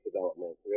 development